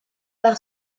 par